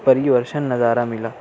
پری ورشن نظارہ ملا